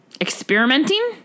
experimenting